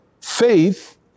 faith